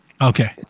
Okay